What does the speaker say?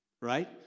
right